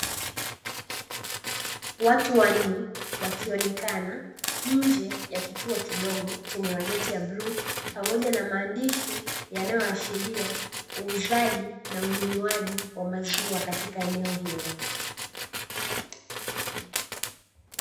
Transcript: Watu wanne wakionekana nje ya kituo kidogo chenye mageti ya bluu pamoja na maandishi yanayoashiria uuzaji na ununuaji wa maziwa katika eneo hilo.